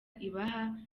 ibaha